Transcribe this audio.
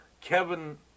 Kevin